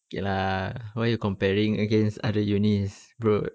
okay lah why you comparing against other unis bro